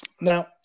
Now